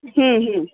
ಹ್ಞೂ ಹ್ಞೂ